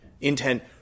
intent